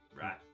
Right